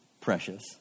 precious